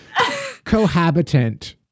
cohabitant